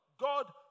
God